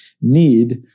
need